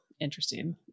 interesting